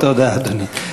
תודה, אדוני.